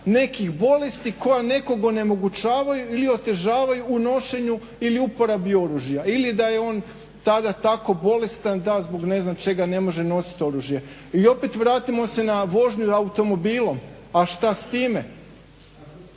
nekih bolesti koja nekog onemogućavaju ili otežavaju u nošenju ili uporabi oružja ili da je on tada tako bolestan da zbog ne znam čega ne može nositi oružje. I opet vratimo se na vožnju automobilom, a šta s time?